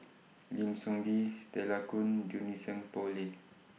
Lim Soo Ngee Stella Kon Junie Sng Poh Leng